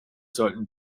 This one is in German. sollten